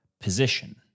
position